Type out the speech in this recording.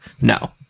no